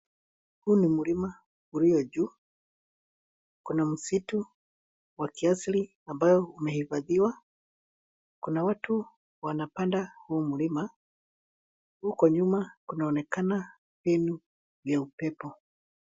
Huu ni mlima ulio juu. Kuna msitu wa kiasili ambao umehifadhiwa. Kuna watu wanapanda huu mlima huku nyuma kunaonekana mbinu ya upepo.